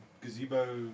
gazebo